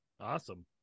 awesome